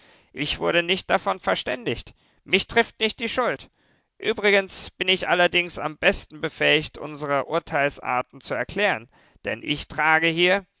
ich wurde nicht davon verständigt mich trifft nicht die schuld übrigens bin ich allerdings am besten befähigt unsere urteilsarten zu erklären denn ich trage hier